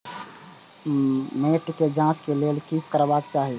मैट के जांच के लेल कि करबाक चाही?